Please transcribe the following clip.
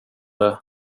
det